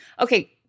Okay